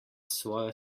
svojo